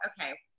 okay